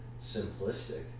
simplistic